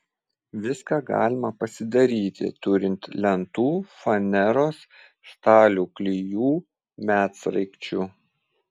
viską galima pasidaryti turint lentų faneros stalių klijų medsraigčių